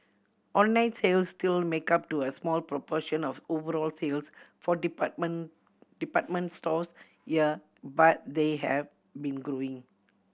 online sales still make up to a small proportion of overall sales for department department stores here but they have been growing